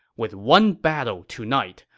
with one battle tonight,